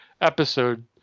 episode